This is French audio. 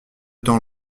temps